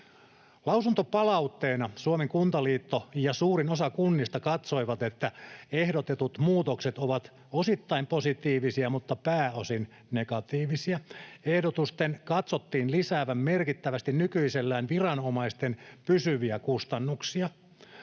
Lausuntopalautteena Suomen Kuntaliitto ja suurin osa kunnista katsoivat, että ehdotetut muutokset ovat osittain positiivisia, mutta pääosin negatiivisia. Ehdotusten katsottiin lisäävän merkittävästi nykyisestä viranomaisten pysyviä kustannuksia.